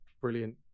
brilliant